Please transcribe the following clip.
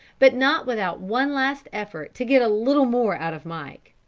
but not without one last effort to get a little more out of mike.